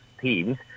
teams